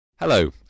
Hello